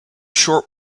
short